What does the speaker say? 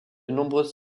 nombreuses